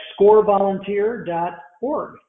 scorevolunteer.org